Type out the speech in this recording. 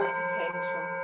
potential